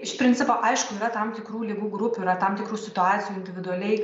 iš principo aišku yra tam tikrų ligų grupių yra tam tikrų situacijų individualiai